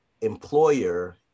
employer